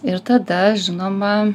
ir tada žinoma